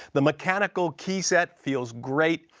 the mechanical keyset feels great.